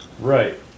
Right